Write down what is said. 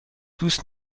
دوست